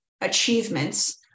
achievements